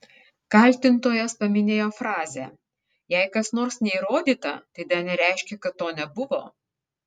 kaltintojas paminėjo frazę jei kas nors neįrodyta tai dar nereiškia kad to nebuvo